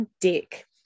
dick